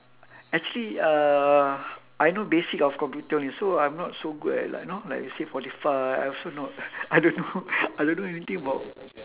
actually uh I know basic of computer only so I'm not so good at like you know you said spotify I also know I don't know I don't know anything about